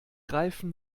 greifen